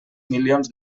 milions